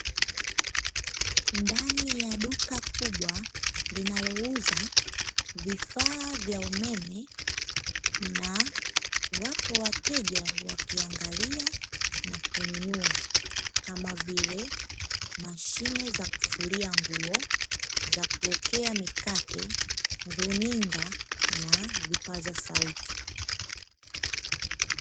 Ndani ya duka kubwa linalouza vifaa vya umeme na wapo wateja wakiangalia na kununua kama vile mashine za kufulia nguo, za kuokea mikate, runinga na vipaza sauti.